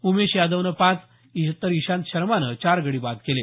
उमेश यादवनं पाच तर इशांत शर्मानं चार गडी बाद केले